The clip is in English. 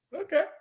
Okay